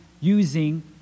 using